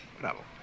Bravo